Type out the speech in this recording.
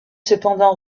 cependant